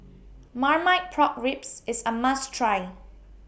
Marmite Pork Ribs IS A must Try